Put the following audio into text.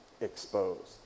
exposed